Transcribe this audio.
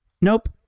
Nope